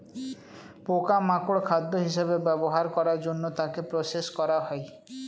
পোকা মাকড় খাদ্য হিসেবে ব্যবহার করার জন্য তাকে প্রসেস করা হয়